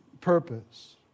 purpose